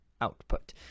output